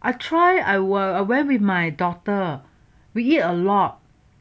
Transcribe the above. I try um I went with my daughter we eat a lot